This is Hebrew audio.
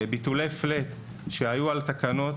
ביטולי FLAT שהיו על תקנות,